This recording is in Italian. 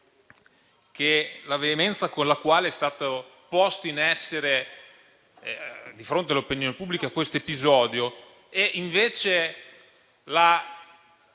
che la veemenza con la quale è stato proposto di fronte all'opinione pubblica questo episodio e invece